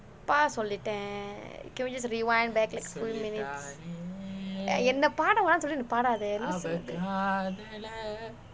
தப்பா சொல்லிட்டேன்:thappaa sollitten can we just rewind back like full minutes என்னை பாட வேண்டாம்னு சொல்லிட்டு நீ பாடதே:ennai paada vaendaamnu sollittu ni paadathae